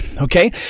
Okay